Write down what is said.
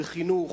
בחינוך,